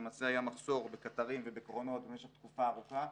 למעשה היה מחסור בקטרים ובקרונות במשך תקופה ארוכה,